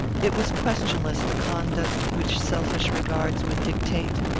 it was questionless the conduct which selfish regards would dictate.